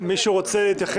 אז זו הבקשה שלנו.